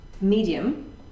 Medium